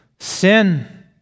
Sin